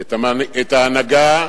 ואת ההנהגה